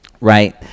right